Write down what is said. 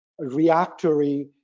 reactory